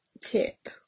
tip